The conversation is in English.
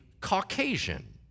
Caucasian